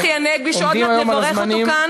צחי הנגבי, שעוד מעט נברך אותו כאן.